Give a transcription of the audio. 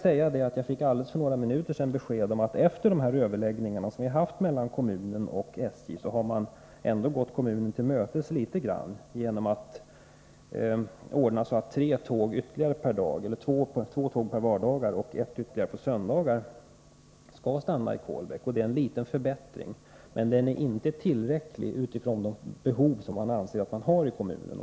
Jag fick för bara några minuter sedan besked om att efter de överläggningar som vi har haft mellan kommunen och SJ har SJ ändå gått kommunen till mötes litet grand genom att ordna så att ytterligare två tåg på vardagarna och tre på söndagarna skall stanna i Kolbäck. Detta är en liten förbättring, men den är inte tillräcklig utifrån de behov man anser att man har i kommunen.